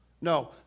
No